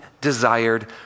desired